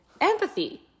empathy